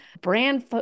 brand